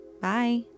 Bye